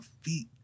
feet